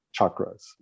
chakras